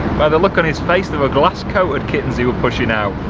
by the look on his face they were glass coated kittens he were pushing out